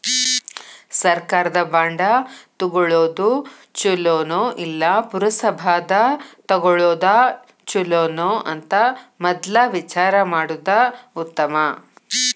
ಸರ್ಕಾರದ ಬಾಂಡ ತುಗೊಳುದ ಚುಲೊನೊ, ಇಲ್ಲಾ ಪುರಸಭಾದಾಗ ತಗೊಳೊದ ಚುಲೊನೊ ಅಂತ ಮದ್ಲ ವಿಚಾರಾ ಮಾಡುದ ಉತ್ತಮಾ